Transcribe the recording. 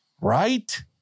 right